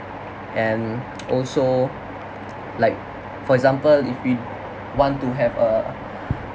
and also like for example if we want to have a